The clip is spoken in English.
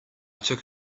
took